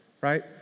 right